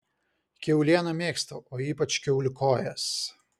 kiaulieną mėgstu o ypač kiaulių kojas